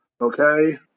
okay